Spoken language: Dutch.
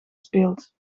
speelt